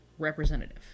Representative